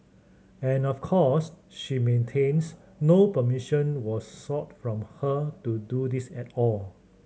and of course she maintains no permission was sought from her to do this at all